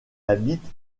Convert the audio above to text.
habite